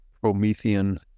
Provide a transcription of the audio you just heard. Promethean